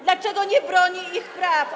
Dlaczego nie broni ich praw?